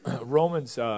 Romans